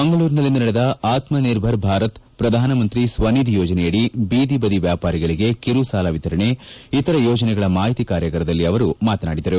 ಮಂಗಳೂರಿನಲ್ಲಿಂದು ನಡೆದ ಆತ್ಸನಿರ್ಭರ್ ಭಾರತ್ ಪ್ರಧಾನಮಂತ್ರಿ ಸ್ಥನಿಧಿ ಯೋಜನೆಯಡಿ ಬೀದಿ ಬದಿ ವ್ಯಾಪಾರಿಗಳಿಗೆ ಕಿರುಸಾಲ ವಿತರಣೆ ಇತರ ಯೋಜನೆಗಳ ಮಾಹಿತಿ ಕಾರ್ಯಾಗಾರದಲ್ಲಿ ಅವರು ಮಾತನಾಡಿದರು